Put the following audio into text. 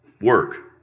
work